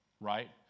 Right